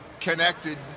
connected